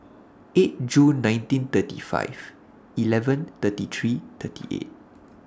eight Jun nineteen thirty five eleven thirty three thirty eight